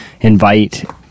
invite